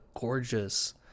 gorgeous